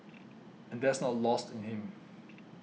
and that's not lost in him